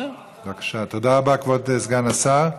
תודה רבה, כבוד סגן השר.